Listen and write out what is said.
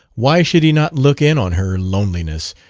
why should he not look in on her loneliness,